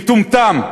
מטומטם,